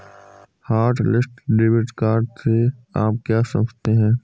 Hotlist debit card से आप क्या समझते हैं?